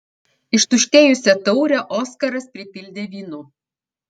ištuštėjusią taurę oskaras pripildė vynu